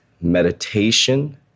meditation